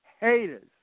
Haters